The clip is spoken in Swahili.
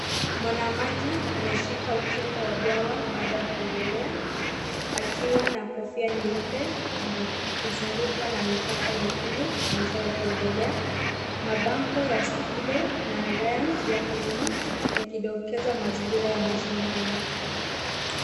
Mwanamaji ameshika ukingo wa bwawa baada ya kuogelea, akiwa na kofia nyeupe na akizungukwa na mipaka nyekundu na njia ya kuogelea, mabango ya Speedo na Alliance yako nyuma yakindokeza mazingira ya mashindano.